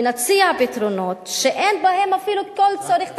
ונציע פתרונות, שאפילו אין בהם כל צורך תקציבי,